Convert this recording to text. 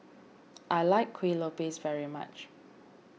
I like Kueh Lopes very much